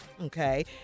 Okay